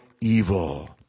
evil